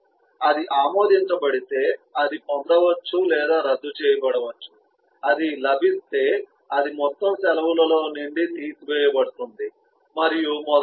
అది ఆమోదించబడితే అది పొందవచ్చు లేదా రద్దు చేయబడవచ్చు అది లభిస్తే అది మొత్తం సెలవులులో నుండి తీసివేయబడుతుంది మరియు మొదలైనవి